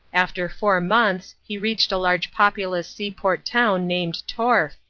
after four months he reached a large populous seaport town named torf,